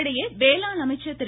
இதனிடையே வேளாண் அமைச்சர் திரு